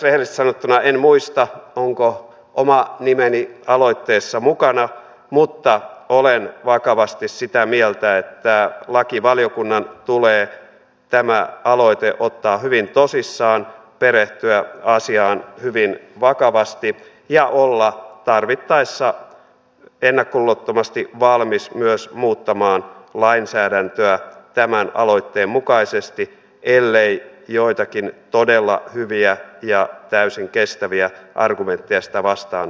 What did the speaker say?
rehellisesti sanottuna en muista onko oma nimeni aloitteessa mukana mutta olen vakavasti sitä mieltä että lakivaliokunnan tulee tämä aloite ottaa hyvin tosissaan perehtyä asiaan hyvin vakavasti ja olla tarvittaessa ennakkoluulottomasti valmis myös muuttamaan lainsäädäntöä tämän aloitteen mukaisesti ellei joitakin todella hyviä ja täysin kestäviä argumentteja sitä vastaan voida esittää